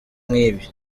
nk’ibi